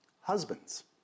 Husbands